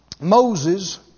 Moses